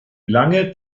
lange